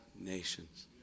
nations